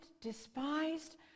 despised